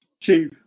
Chief